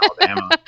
Alabama